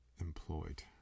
employed